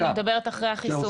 אני מדברת אחרי החיסון.